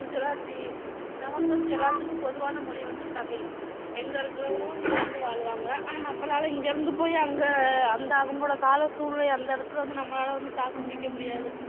குஜராத்தி நமக்கு வந்து எல்லாத்துக்கும் பொதுவான மொழி வந்து தமிழ் எங்கே இருக்கிறவங்களும் இங்கே வந்து வாழ்வாங்க ஆனால் நம்பளால் இங்கே இருந்து போய் அங்கே அந்த அவங்களோட கால சூழ்நிலை அந்த இடத்துல வந்து நம்பளால் தாக்குப்பிடிக்க முடியாது